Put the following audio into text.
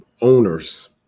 owners